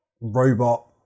robot